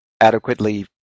adequately